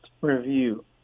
review